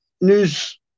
news